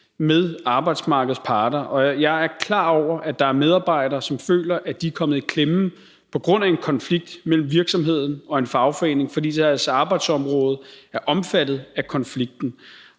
med arbejdsmarkedets parter. Og jeg er klar over, at der er medarbejdere, som føler, at de er kommet i klemme på grund af en konflikt mellem virksomheden og en fagforening, fordi deres arbejdsområde er omfattet af konflikten.